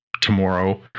tomorrow